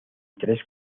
tres